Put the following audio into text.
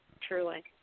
Truly